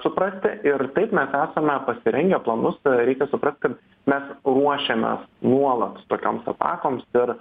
suprasti ir taip mes esame pasirengę planus reikia suprast kad mes ruošiamės nuolat tokioms atakoms ir